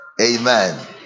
Amen